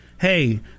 hey